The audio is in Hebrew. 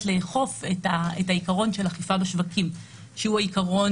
לאכוף את העיקרון של האכיפה בשווקים שהוא העיקרון